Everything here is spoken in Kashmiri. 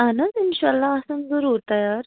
اَہن حظ اِنشاء اللہ آسن ضٔروٗر تیار